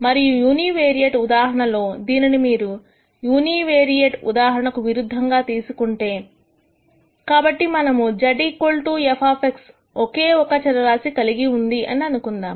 మరియు యూనివేరియేట్ ఉదాహరణలో దీనిని యూనివేరియేట్ ఉదాహరణ కు విరుద్ధంగా తీసుకుంటే కాబట్టి మనము z f ఒకే ఒక చరరాశి కలిగి ఉంది అని అనుకుందాము